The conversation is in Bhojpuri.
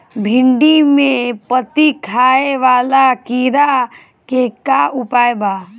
भिन्डी में पत्ति खाये वाले किड़ा के का उपाय बा?